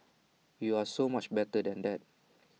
you are so much better than that